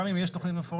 גם אם יש תכנית מפורטת,